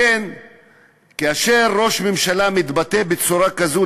לכן כאשר ראש ממשלה מתבטא בצורה כזאת,